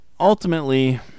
Ultimately